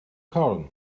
corn